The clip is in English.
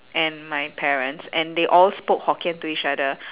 and my parents and they all spoke hokkien to each other